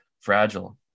fragile